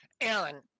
Alan